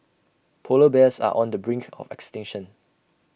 Polar Bears are on the brink of extension